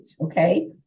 okay